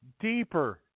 deeper